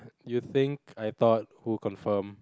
you think I thought who confirmed